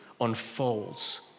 unfolds